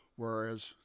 whereas